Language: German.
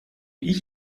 ich